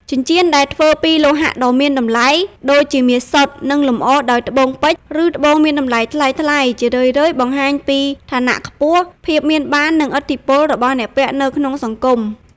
ចិញ្ចៀនដែលធ្វើពីលោហៈដ៏មានតម្លៃ (ដូចជាមាសសុទ្ធ) និងលម្អដោយត្បូងពេជ្រ ឬត្បូងមានតម្លៃថ្លៃៗ ជារឿយៗបង្ហាញពី ឋានៈខ្ពស់ ភាពមានបាន និងឥទ្ធិពលរបស់អ្នកពាក់នៅក្នុងសង្គម។